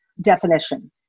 definition